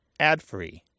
adfree